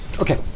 Okay